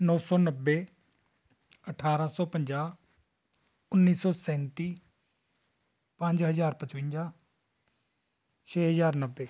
ਨੌ ਸੌ ਨੱਬੇ ਅਠਾਰਾਂ ਸੌ ਪੰਜਾਹ ਉੱਨੀ ਸੌ ਸੈਂਤੀ ਪੰਜ ਹਜ਼ਾਰ ਪਚਵੰਜਾ ਛੇ ਹਜ਼ਾਰ ਨੱਬੇ